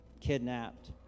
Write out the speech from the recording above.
kidnapped